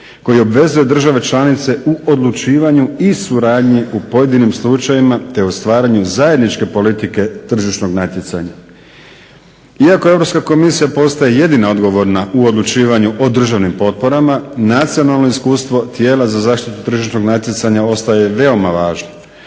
koji obvezuje države članice u odlučivanju i suradnji u pojedinim slučajevima, te u stvaranju zajedničke politike tržišnog natjecanja. Iako Europska komisija postaje jedina odgovorna u odlučivanju o državnim potporama nacionalno iskustva tijela za zaštitu tržišnog natjecanja ostaje veoma važno